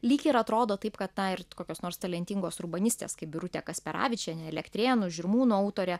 lyg ir atrodo taip kad na ir kokios nors talentingos urbanistės kaip birutė kasperavičienė elektrėnų žirmūnų autorė